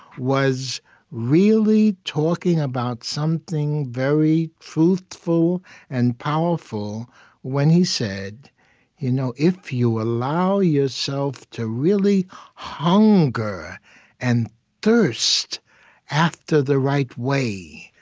was really talking about something very truthful and powerful when he said you know if you allow yourself to really hunger and thirst after the right way,